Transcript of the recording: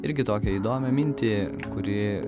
irgi tokią įdomią mintį kuri